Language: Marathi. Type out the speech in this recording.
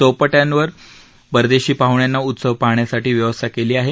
चौपाटयांवर परदेशी पाहुण्यांना उत्सव पाहण्यासाठी व्यवस्था केली आहे